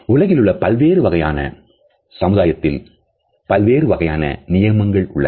உலகிலுள்ள பல்வேறு வகையான சமுதாயத்தில்வேறு வகையான நியமங்கள் உள்ளன